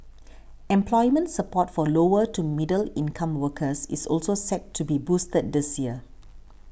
employment support for lower to middle income workers is also set to be boosted this year